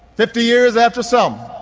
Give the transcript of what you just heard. fifty years after selma,